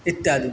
इत्यादि